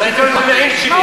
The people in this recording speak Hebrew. אז אני אתן לו את המעיל שלי.